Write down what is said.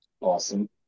Awesome